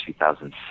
2006